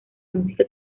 música